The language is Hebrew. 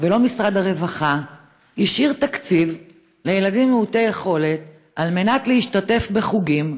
ולא משרד הרווחה השאירו תקציב לילדים מעוטי יכולת להשתתף בחוגים,